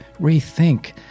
rethink